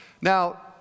Now